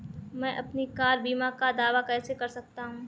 मैं अपनी कार बीमा का दावा कैसे कर सकता हूं?